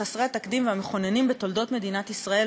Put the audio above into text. חסרי התקדים והמכוננים בתולדות מדינת ישראל,